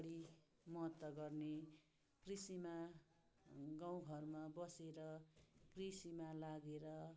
बढी महत्त्व गर्ने कृषिमा गाउँघरमा बसेर कृषिमा लागेर